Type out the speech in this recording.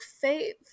Faith